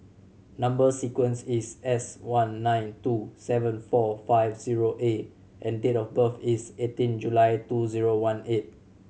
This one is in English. number sequence is S one nine two seven four five zero A and date of birth is eighteen July two zero one eight